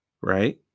right